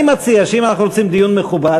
אני מציע שאם אנחנו רוצים דיון מכובד,